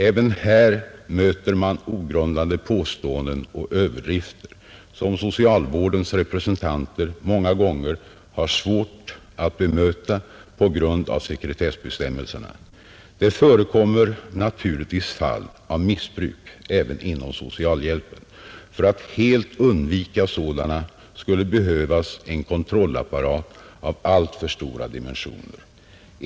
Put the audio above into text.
Även här möter man ogrundade påståenden och överdrifter, som socialvårdens representanter många gånger har svårt att bemöta på grund av sekretessbestämmelserna, Det förekommer naturligtvis fall av missbruk även inom socialhjälpen, För att helt undvika sådana skulle behövas en kontrollapparat av alltför stora dimensioner.